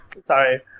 sorry